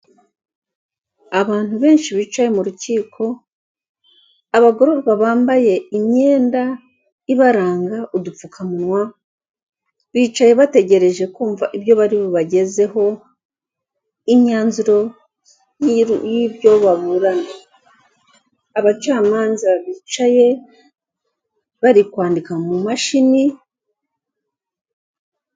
Abantu benshi bicaye mu rukiko, abagororwa bambaye imyenda ibaranga udupfukamunwa, bicaye bategereje kumva ibyo bari bubagezeho, imyanzuro y'ibyo baburana. Abacamanza bicaye bari kwandika mu mashini,